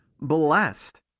blessed